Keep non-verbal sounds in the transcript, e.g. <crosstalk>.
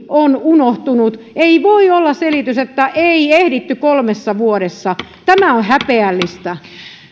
<unintelligible> on unohtunut ei voi olla selitys että ei ehditty kolmessa vuodessa tämä on häpeällistä